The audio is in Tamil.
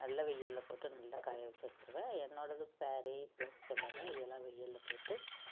நல்லா வெயில்ல போட்டு நல்லா காய வச்சி எடுத்துடுவேன் என்னோடது ஸாரி பிளவுஸ் எல்லாமே இளம் வெயில்ல போட்டு